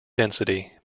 density